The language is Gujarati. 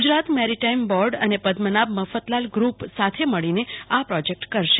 ગુજરાત મેરીટાઇમ બોર્ડ અને પદ્મનાભ મફતલાલ ગૃપ સાથે મળીને આ પ્રોજેકટ કરશે